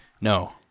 No